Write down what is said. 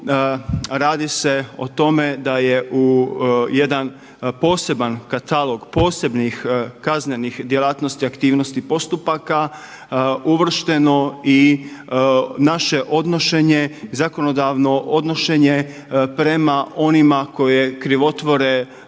radi se o tome da je u jedan poseban katalog posebnih kaznenih djelatnosti, aktivnosti postupaka uvršteno i naše odnošenje, zakonodavno odnošenje prema onima koji krivotvore